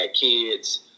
kids